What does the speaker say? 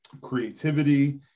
creativity